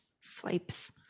swipes